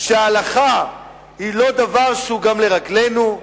שההלכה היא לא דבר שגם לרגלינו,